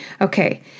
Okay